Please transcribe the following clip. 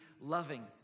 loving